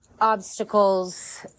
obstacles